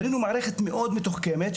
בנינו מערכת מאוד מתוחכמת.